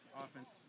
offense